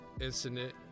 incident